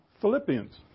Philippians